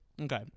okay